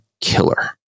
killer